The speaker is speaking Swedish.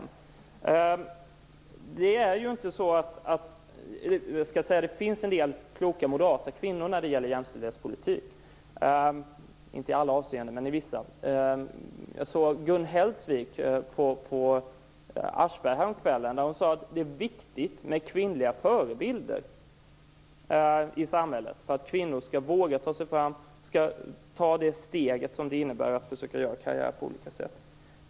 När det gäller jämställdhetspolitik finns det en del kloka moderata kvinnor. De är inte kloka i alla avseenden, men i vissa. Jag såg Gun Hellsvik i TV programmet Aschberg & Co häromkvällen. Hon sade att det är viktigt med kvinnliga förebilder i samhället för att kvinnor skall våga ta sig fram och våga ta de steg som krävs om man vill försöka göra karriär.